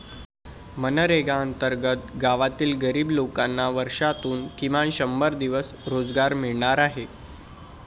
मनरेगा अंतर्गत गावातील गरीब लोकांना वर्षातून किमान शंभर दिवस रोजगार मिळणार आहे